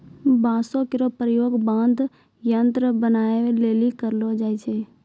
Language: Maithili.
बांसो केरो प्रयोग वाद्य यंत्र बनाबए लेलि करलो जाय छै